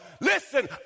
Listen